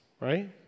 right